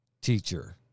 teacher